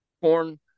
corn